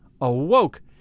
awoke